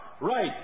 Right